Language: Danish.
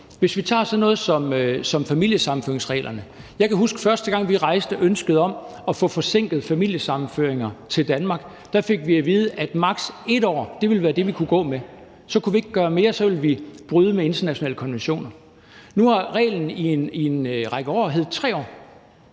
Hvis vi tager sådan noget som familiesammenføringsreglerne, kan jeg huske, første gang vi rejste ønsket om at få forsinket familiesammenføringer til Danmark. Der fik vi at vide, at maks. 1 år ville være det, vi kunne gå med, og at så kunne vi ikke gøre mere, for så ville vi bryde med internationale konventioner. Nu har reglen i en række år været 3 år.